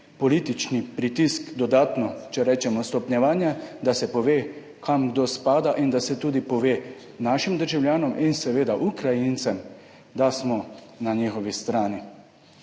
politični pritisk, dodatno, če rečemo stopnjevanje, da se pove kam kdo spada in da se tudi pove našim državljanom in seveda Ukrajincem, da smo na njihovi strani.